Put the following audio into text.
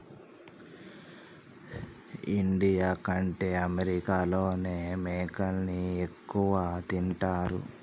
India కంటే అమెరికాలోనే మేకలని ఎక్కువ తింటారు